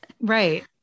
right